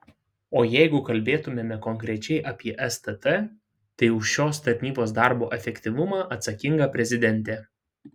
o jeigu kalbėtumėme konkrečiai apie stt tai už šios tarnybos darbo efektyvumą atsakinga prezidentė